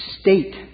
state